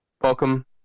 Welcome